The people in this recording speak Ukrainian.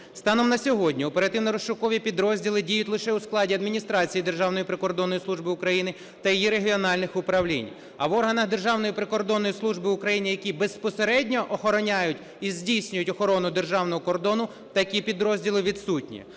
Станом на сьогодні, оперативно-розшукові підрозділи діють лише у складі адміністрацій Державної прикордонної служби України та її регіональних управлінь, а в органах Державної прикордонної служби України, які безпосередньо охороняють і здійснюють охорону державного кордону, такі підрозділи відсутні.